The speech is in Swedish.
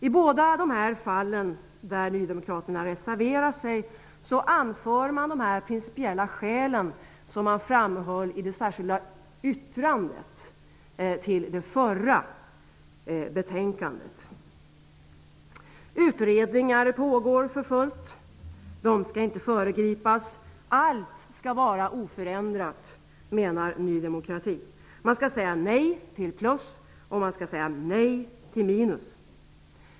I båda de fall där Ny demokrati reserverar sig anför man de principiella skäl som man framhöll i det särskilda yttrandet vid det förra betänkandet. Utredningar pågår för fullt. De skall inte föregripas -- allt skall vara oförändrat, menar Ny demokrati. Man skall säga nej till plus och nej till minus.